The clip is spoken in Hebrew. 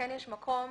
שיש מקום